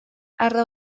ardo